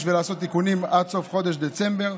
ולעשות תיקונים עד סוף חודש דצמבר.